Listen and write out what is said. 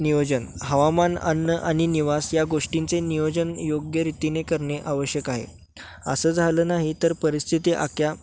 नियोजन हवामान अन्न आणि निवास या गोष्टींचे नियोजन योग्यरितीने करणे आवश्यक आहे असं झालं नाही तर परिस्थिती आख्या